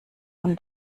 von